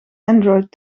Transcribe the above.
android